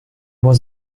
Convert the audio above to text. was